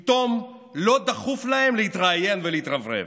פתאום לא דחוף להם להתראיין ולהתרברב.